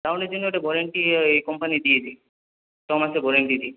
ডাউনের জন্য একটা ওর্যান্টি এই কোম্পানি দিয়ে দেয় ছ মাসের ওর্যান্টি দেয়